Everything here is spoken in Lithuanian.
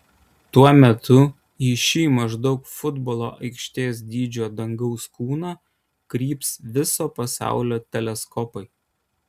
tuo metu į šį maždaug futbolo aikštės dydžio dangaus kūną kryps viso pasaulio teleskopai